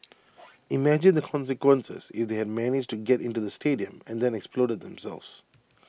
imagine the consequences if they had managed to get into the stadium and then exploded themselves